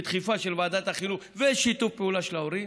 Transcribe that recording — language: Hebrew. בדחיפה של ועדת החינוך ובשיתוף פעולה של ההורים,